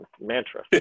mantra